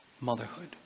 motherhood